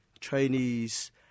Chinese